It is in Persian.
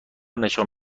نشان